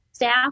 staff